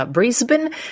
Brisbane